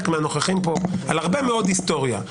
מהנוכחים פה על הרבה מאוד היסטוריה.